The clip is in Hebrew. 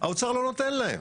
האוצר לא נותן להם.